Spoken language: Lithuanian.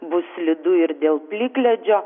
bus slidu ir dėl plikledžio